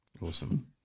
Awesome